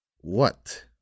What